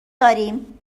داریم